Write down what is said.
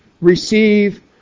receive